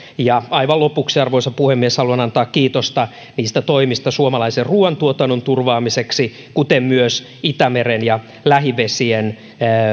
ja aivan lopuksi arvoisa puhemies haluan antaa kiitosta toimista suomalaisen ruuantuotannon turvaamiseksi kuten myös itämeren ja lähivesien